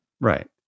Right